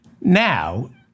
Now